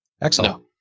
Excellent